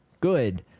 good